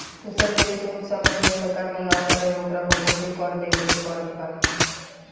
दुसर देश से कुछ सामान जवन सरकार मँगवात रहे ओकरा पर बहुते कर देबे के परत रहे